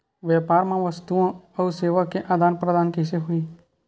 व्यापार मा वस्तुओ अउ सेवा के आदान प्रदान कइसे होही?